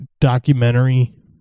Documentary